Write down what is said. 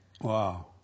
Wow